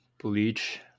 Bleach